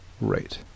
right